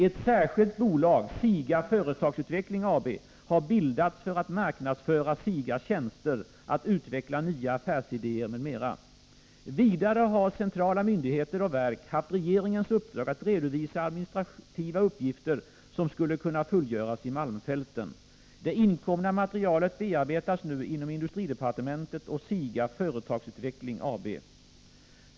Ett särskilt bolag, SIGA Företagsutveckling AB, har bildats för att marknadsföra SIGA:s tjänster, att utveckla nya affärsidéer m.m. Vidare har centrala myndigheter och verk haft regeringens uppdrag att redovisa administrativa uppgifter som skulle kunna fullgöras i malmfälten. Det inkomna materialet bearbetas nu inom industridepartementet och SIGA Företagsutveckling AB.